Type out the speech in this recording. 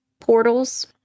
portals